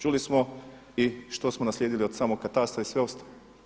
Čuli smo i što smo naslijedili od samog katastra i sve ostalo.